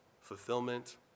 fulfillment